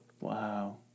Wow